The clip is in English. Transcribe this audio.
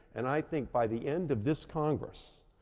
and i think by the end of this congress,